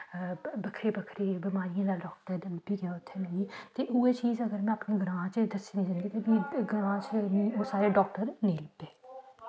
बक्खरी बक्खरी बमारियें दे डॉक्टर उत्थें ते इयै अगर में अपने ग्रांऽ च दस्सने गी जंदी ते साढ़े ग्रांऽ च ओह् डॉक्टर नेईं मिलदे